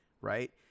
right